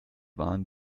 waren